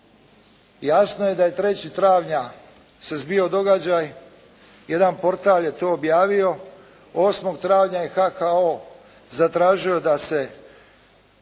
jasno je da je 3. travnja se zbio događaj, jedan portal je to objavio. 8. travnja je HKO zatražio da se